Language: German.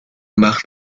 macht